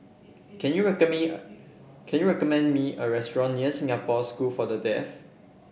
can you me can you recommend me a restaurant near Singapore School for the Deaf